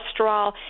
cholesterol